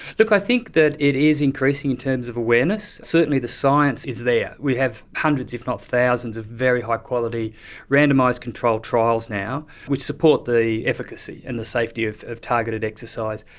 look, i think that it is increasing in terms of awareness. certainly the science is there. we have hundreds if not thousands of very high quality randomised controlled trials now which support the efficacy and the safety of of targeted exercise.